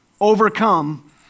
overcome